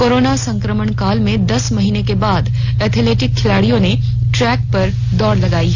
corona संक्रमण काल में दस महीने के बाद एथलीट खिलाड़ियों ने ट्रैक पर दौड़ लगायी